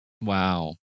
Wow